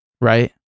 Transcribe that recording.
Right